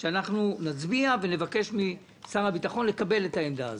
ראש הממשלה, לקבל את העמדה הזו.